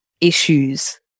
issues